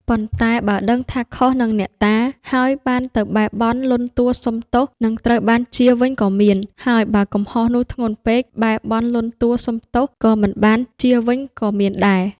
ប៉ុន្តែបើដឹងថាខុសនឹងអ្នកតា ហើយបានទៅបែរបន់លន់តួសុំទោស នឹងត្រូវបានជាវិញក៏មាន ហើយបើកំហុសនោះធ្ងន់ពេក បែរបន់លន់តួសុំទោសក៏មិនបានជាវិញក៏មានដែរ ។